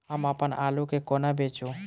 हम अप्पन आलु केँ कोना बेचू?